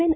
N